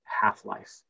half-life